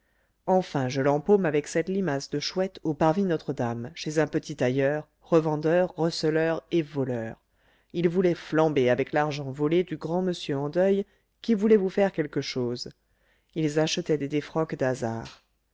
enfin je l'empaume avec cette limace de chouette au parvis notre-dame chez un petit tailleur revendeur receleur et voleur ils voulaient flamber avec l'argent volé du grand monsieur en deuil qui voulait vous faire quelque chose ils achetaient des défroques d'hasard